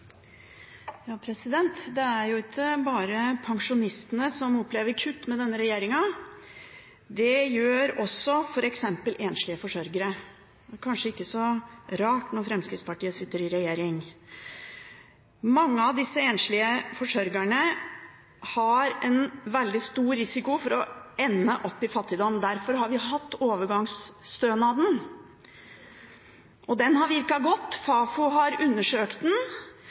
Det er ikke bare pensjonistene som opplever kutt med denne regjeringen, det gjør også f.eks. enslige forsørgere. Det er kanskje ikke så rart når Fremskrittspartiet sitter i regjering. Mange av disse enslige forsørgerne har en veldig stor risiko for å ende i fattigdom. Derfor har vi hatt overgangsstønaden, og den har virket godt. Fafo har undersøkt den,